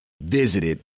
visited